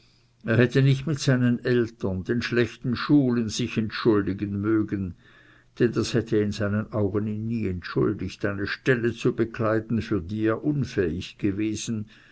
er hätte nicht mit seinen eltern den schlechten schulen sich entschuldigen mögen denn das hätte in seinen augen ihn nie entschuldigt eine stelle zu bekleiden für die er unfähig gewesen